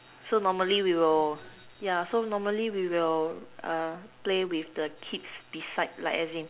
so normally we will yeah so normally we will err play with the kids beside like as in